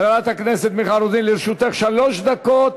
חברת הכנסת מיכל רוזין, לרשותך שלוש דקות.